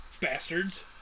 Bastards